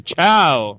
Ciao